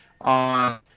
on